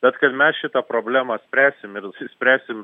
bet kad mes šitą problemą spręsim ir išspręsim